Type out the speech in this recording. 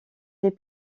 les